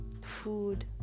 food